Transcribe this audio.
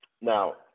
Now